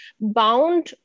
bound